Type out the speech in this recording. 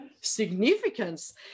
Significance